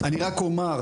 אני רק אומר,